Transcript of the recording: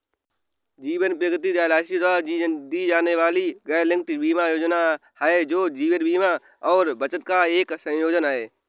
जीवन प्रगति एल.आई.सी द्वारा दी जाने वाली गैरलिंक्ड जीवन बीमा योजना है, जो जीवन बीमा और बचत का एक संयोजन है